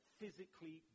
physically